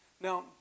Now